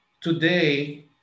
today